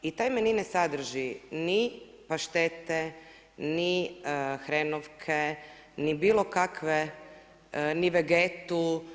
I taj menue ne sadrži ni paštete, ni hrenovke ni bilo kakve, ni vegetu.